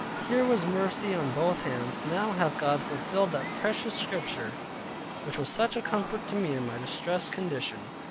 here was mercy on both hands. now hath god fulfilled that precious scripture which was such a comfort to me in my distressed condition.